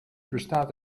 bestaat